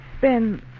Ben